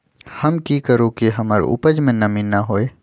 हम की करू की हमर उपज में नमी न होए?